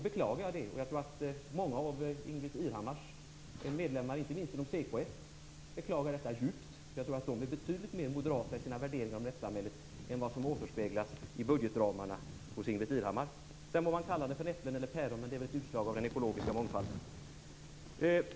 Jag tror att många av Ingbritt Irhammars medlemmar, inte minst inom CKF, beklagar detta djupt. Jag tror att de är betydligt mer moderata i sina värderingar av rättssamhället än vad som återspeglas i budgetramarna hos Ingbritt Irhammar. Sedan må man väl kalla det för äpplen eller päron - men det är väl ett utslag av den ekologiska mångfalden.